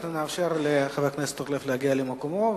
אנחנו נאפשר לחבר הכנסת אורלב להגיע למקומו,